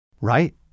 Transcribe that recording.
Right